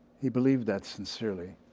he believed that sincerely.